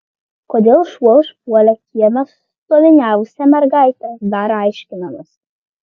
kodėl šuo užpuolė kieme stoviniavusią mergaitę dar aiškinamasi